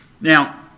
Now